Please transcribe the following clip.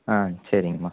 ஆ சரிங்கம்மா